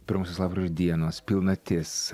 pirmosios lapkrio dienos pilnatis